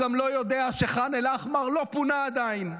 גם לא יודע שח'אן אל-אחמר לא פונה עדיין,